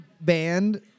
band